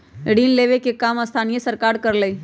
ऋण लेवे के काम स्थानीय सरकार करअलई